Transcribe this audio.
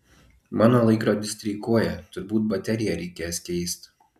mano laikrodis streikuoja turbūt bateriją reikės keist